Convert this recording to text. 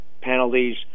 penalties